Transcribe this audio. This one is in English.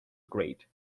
great